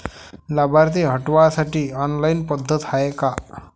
लाभार्थी हटवासाठी ऑनलाईन पद्धत हाय का?